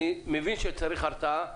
אני מבין שצריך הרתעה,